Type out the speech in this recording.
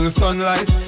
sunlight